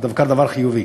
אז דווקא, דבר חיובי.